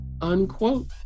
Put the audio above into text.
unquote